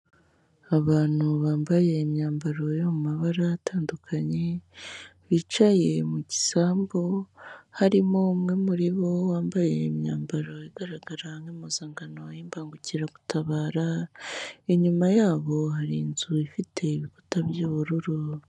Abantu bambaye imyambaro yo mu mabara atandukanye, bicaye mu gisambu. Harimo umwe muri bo wambaye imyambaro igaragara nk'impuzankano y'imbangukira gutabara,, inyuma yabo hari inzu ifite ibikuta by'ubururu.